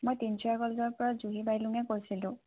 মই তিনিচুকীয়া কলেজৰ পৰা জুহি বাইলুঙে কৈছিলোঁ